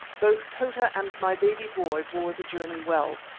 both tota and my baby boy bore the journey well.